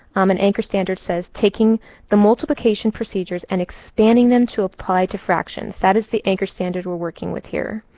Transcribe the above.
um an anchor standard says, taking the multiplication procedures and expanding them to apply to fractions. that is the anchor standard we're working with here.